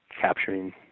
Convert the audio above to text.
capturing